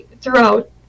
throughout